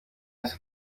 wese